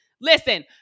Listen